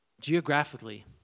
Geographically